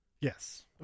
yes